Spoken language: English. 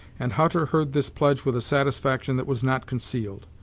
and hutter heard this pledge with a satisfaction that was not concealed.